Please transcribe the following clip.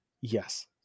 Yes